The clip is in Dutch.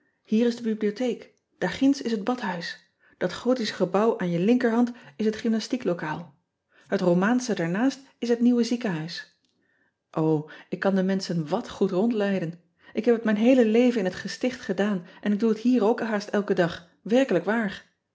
ier is de bibliotheek daar ginds is het badhuis dat othische gebouw aan je linkerhand is het gymnastieklokaal et omaansche daarnaast is het nieuwe ziekenhuis ik kan de menschen wàt goed rondleiden k heb het mijn heele leven in het gesticht gedaan en ik doe het hier ook haast elken dag werkelijk waar